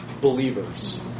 believers